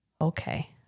okay